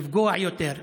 לפגוע יותר.